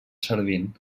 servint